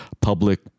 public